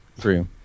true